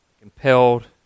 compelled